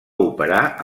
operar